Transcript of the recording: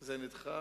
וזה נדחה